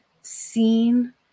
seen